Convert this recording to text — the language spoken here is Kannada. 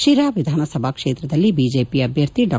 ಿರಾ ಎಧಾನಸಭಾ ಕ್ಷೇತ್ರದಲ್ಲಿ ಬಿಜೆಪಿ ಅಭ್ಯರ್ಥಿ ಡಾ